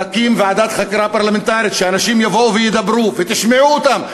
נקים ועדת חקירה פרלמנטרית כדי שאנשים יבואו וידברו ותשמעו אותם,